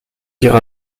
dire